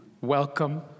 welcome